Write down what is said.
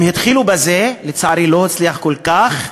הם התחילו בזה, לצערי לא הצליח כל כך,